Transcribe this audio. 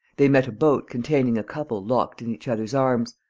they met a boat containing a couple locked in each other's arms,